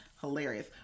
hilarious